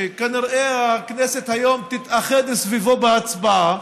שכנראה הכנסת היום תתאחד סביבו בהצבעה,